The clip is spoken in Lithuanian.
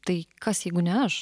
tai kas jeigu ne aš